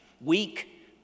weak